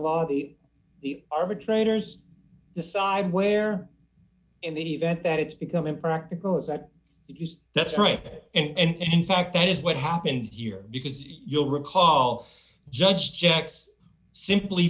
law the arbitrator's decide where in the event that it's become impractical is that yes that's right and in fact that is what happened here because you'll recall judge jack's simply